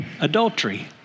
adultery